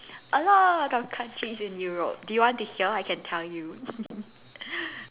a lot of countries in Europe do you want to hear I can tell you